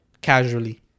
casually